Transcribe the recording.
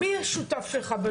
מי השותף שלך?